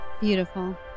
Beautiful